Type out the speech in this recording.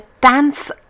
dance